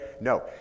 No